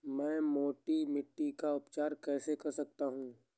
मैं मोटी मिट्टी का उपचार कैसे कर सकता हूँ?